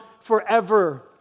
forever